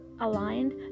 aligned